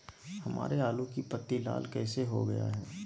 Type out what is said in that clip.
हमारे आलू की पत्ती लाल कैसे हो गया है?